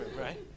right